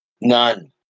none